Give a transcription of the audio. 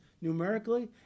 numerically